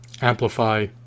amplify